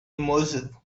immersive